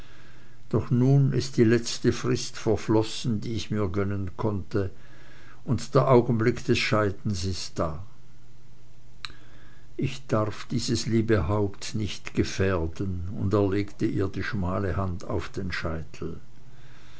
doch ist nun die letzte frist verflossen die ich mir gönnen konnte und der augenblick des scheidens da ich darf dieses liebe haupt nicht gefährden und er legte ihr die schmale hand auf den scheitel